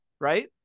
right